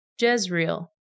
Jezreel